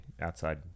outside